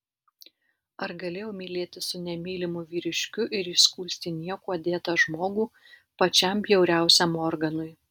aš galėjau mylėtis su nemylimu vyriškiu ir įskųsti niekuo dėtą žmogų pačiam bjauriausiam organui